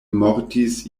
mortis